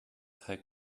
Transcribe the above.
très